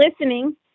listening